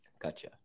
gotcha